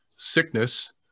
sickness